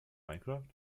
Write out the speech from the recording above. minecraft